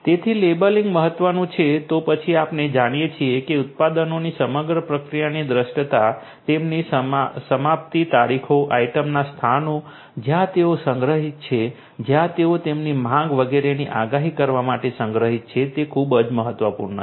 તેથી લેબલીંગ મહત્વનું છે તો પછી આપણે જાણીએ છીએ કે ઉત્પાદનોની સમગ્ર પ્રક્રિયાની દૃશ્યતા તેમની સમાપ્તિ તારીખો આઇટમના સ્થાનો જ્યાં તેઓ સંગ્રહિત છે જ્યાં તેઓ તેમની માંગ વગેરેની આગાહી કરવા માટે સંગ્રહિત છે તે ખૂબ જ મહત્વપૂર્ણ છે